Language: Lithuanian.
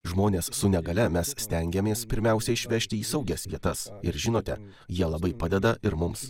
žmonės su negalia mes stengiamės pirmiausia išvežti į saugias vietas ir žinote jie labai padeda ir mums